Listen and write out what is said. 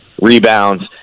rebounds